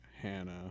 hannah